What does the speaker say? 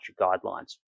guidelines